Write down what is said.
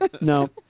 No